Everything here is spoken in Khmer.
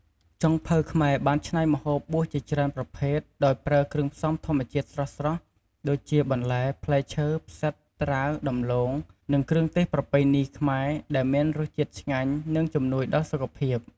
ចុងភៅខ្មែរបានច្នៃម្ហូបបួសជាច្រើនប្រភេទ ដោយប្រើគ្រឿងផ្សំធម្មជាតិស្រស់ៗ ដូចជា បន្លែ ផ្លែឈើ ផ្សិត ត្រាវ ដំឡូង និងគ្រឿងទេសប្រពៃណីខ្មែរ ដែលមានរសជាតិឆ្ងាញ់និងជំនួយដល់សុខភាព។